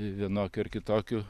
vienokių ar kitokių